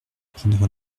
prendre